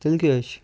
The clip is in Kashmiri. تیٚلہِ کیاہ حٕظ چھ